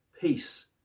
peace